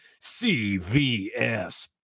cvs